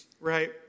right